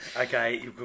Okay